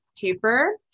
paper